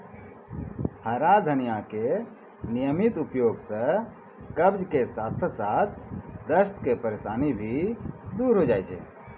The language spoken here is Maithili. हरा धनिया के नियमित उपयोग सॅ कब्ज के साथॅ साथॅ दस्त के परेशानी भी दूर होय जाय छै